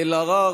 קארין אלהרר,